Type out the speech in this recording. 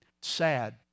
sad